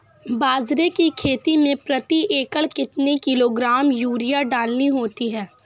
बाजरे की खेती में प्रति एकड़ कितने किलोग्राम यूरिया डालनी होती है?